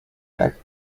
werke